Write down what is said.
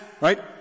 right